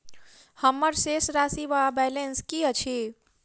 हम्मर शेष राशि वा बैलेंस की अछि?